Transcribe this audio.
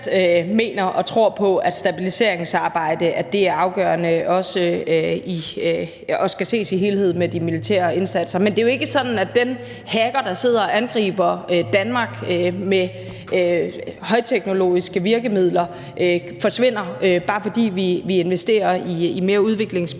mener og tror på, at stabiliseringsarbejde er afgørende og skal ses i en helhed med også de militære indsatser. Men det er jo ikke sådan, at den hacker, der sidder og angriber Danmark med højteknologiske virkemidler, forsvinder, bare fordi vi investerer i mere udviklingsbistand,